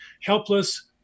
helpless